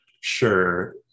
sure